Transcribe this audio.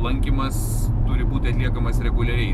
lankymas turi būti atliekamas reguliariai